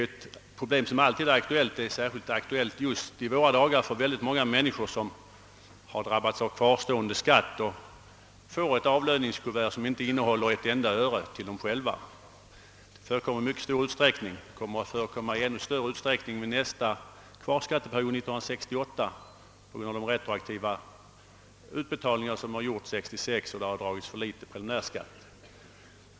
Detta problem är ju alltid aktuellt, och särskilt i dessa dagar för de många människor som har drabbats av kvarstående skatt och får ett avlöningskuvert som inte innehåller ett enda öre till dem själva. Sådant förekommer i mycket stor utsträckning och kommer att bli ännu vanligare under nästa kvarskatteperiod år 1968 på grund av de retroaktiva utbetalningar som gjordes år 1966 och för vilka det drogs för låg preliminärskatt.